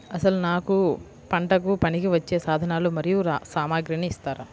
అసలు నాకు పంటకు పనికివచ్చే సాధనాలు మరియు సామగ్రిని ఇస్తారా?